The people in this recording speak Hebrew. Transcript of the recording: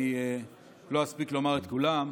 אני לא אספיק לומר את כולם.